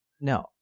No